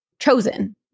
chosen